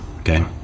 okay